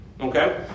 okay